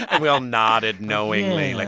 and we all nodded knowingly. like